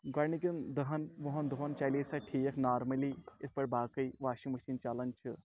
گۄڈنِکٮ۪ن دہَن وُہَن دوٚہَن چَلے سۄ ٹھیٖک نارمٔلی یِتھ پٲٹھۍ باقٕے واشَنٛگ مِشیٖن چَلان چھِ